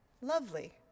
lovely